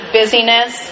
busyness